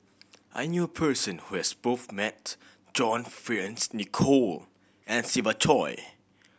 I knew person who has both met John Fearns Nicoll and Siva Choy